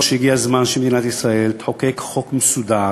שהגיע הזמן שמדינת ישראל תחוקק חוק מסודר,